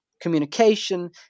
communication